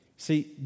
See